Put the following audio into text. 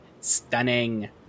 stunning